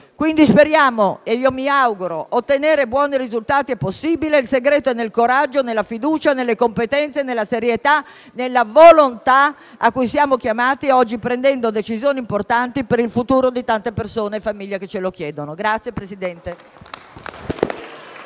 Speriamo - e io mi auguro - che ottenere buoni risultati sia possibile: il segreto è nel coraggio, nella fiducia, nelle competenze, nella serietà, nella volontà cui siamo chiamati oggi, prendendo decisioni importanti per il futuro di tante persone e famiglie che ce lo chiedono. *(Applausi